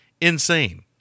insane